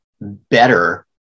better